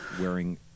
wearing